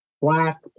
Black